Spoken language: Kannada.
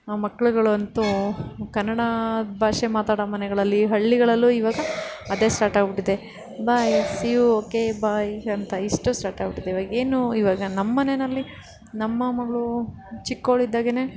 ಆ ಮಕ್ಕಳುಗಳಂತೂ ಕನ್ನಡ ಭಾಷೆ ಮಾತಾಡೋ ಮನೆಗಳಲ್ಲಿ ಹಳ್ಳಿಗಳಲ್ಲೂ ಇವಾಗ ಅದೇ ಸ್ಟಾಟಾಗ್ಬಿಟ್ಟಿದೆ bye see you okay bye ಅಂತ ಇಷ್ಟು ಸ್ಟಾಟಾಗ್ಬಿಟ್ಟಿದೆ ಇವಾಗೇನು ಇವಾಗ ನಮ್ಮನೆಯಲ್ಲಿ ನಮ್ಮ ಮಗಳು ಚಿಕ್ಕವ್ಳಿದ್ದಾಗಲೇ